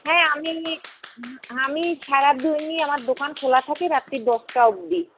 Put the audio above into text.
হ্যাঁ আমি আমি সারাদিনই আমার দোকান খোলা থাকে রাত্রে দশটা অবধি